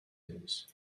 his